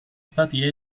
stati